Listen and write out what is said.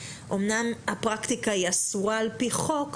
אמנם הפרקטיקה היא אסורה על פי חוק,